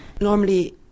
Normally